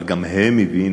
אבל גם הם הבינו